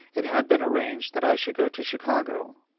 it had been arranged that i should go to chicago.